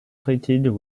treated